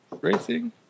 Racing